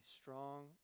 strong